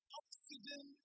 oxygen